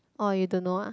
orh you don't know ah